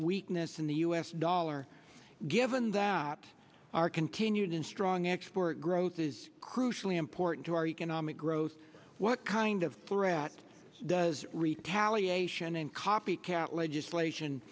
weakness in the u s dollar given that our continued and strong export growth is crucially important to our economic growth what kind of threat does retaliation and copycat legislation